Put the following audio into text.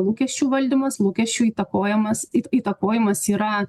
lūkesčių valdymas lūkesčių įtakojimas įt įtakojimas yra